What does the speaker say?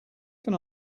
can